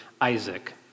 Isaac